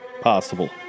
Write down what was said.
possible